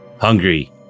Hungry